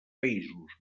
països